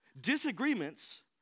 Disagreements